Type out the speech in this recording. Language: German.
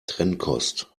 trennkost